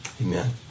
amen